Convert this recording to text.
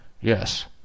Yes